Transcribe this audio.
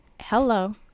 Hello